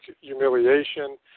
humiliation